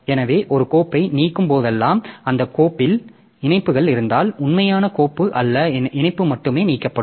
எனவே ஒரு கோப்பை நீக்கும் போதெல்லாம் அந்த கோப்பில் இணைப்புகள் இருந்தால் உண்மையான கோப்பு அல்ல இணைப்பு மட்டுமே நீக்கப்படும்